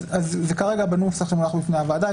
אז זה כרגע בנוסח שנמצא בפני הוועדה.